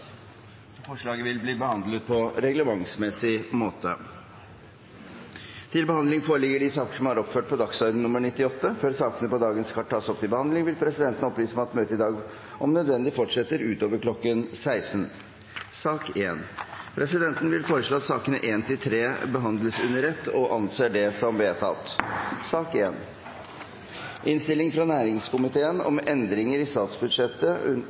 Forslaget vil bli behandlet på reglementsmessig måte. Før sakene på dagens kart tas opp til behandling, vil presidenten opplyse om at møtet i dag om nødvendig fortsetter utover kl. 16. Presidenten vil foreslå at sakene nr. 1–3 behandles under ett. – Det anses vedtatt. Etter ønske fra næringskomiteen